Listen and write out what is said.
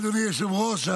אדוני היושב-ראש,